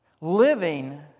Living